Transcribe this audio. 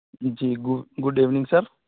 جی good evening سر